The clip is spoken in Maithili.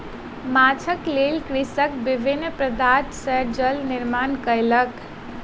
माँछक लेल कृषक विभिन्न पदार्थ सॅ जाल निर्माण कयलक